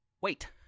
Wait